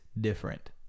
different